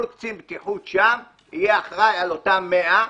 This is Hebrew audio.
כל קצין בטיחות שם יהיה אחראי על אותם מאה,